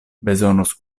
bezonos